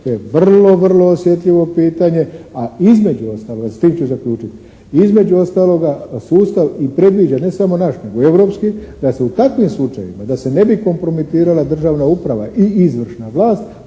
to je vrlo, vrlo osjetljivo pitanje. A između ostalo, s tim ću zaključiti, između ostaloga sustav i predviđa, ne samo naš nego europski da se u takvim slučajevima da se ne bi kompromitirala državna uprava i izvršna vlast